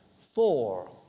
four